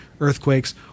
earthquakes